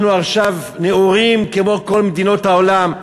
אנחנו עכשיו נאורים כמו כל מדינות העולם.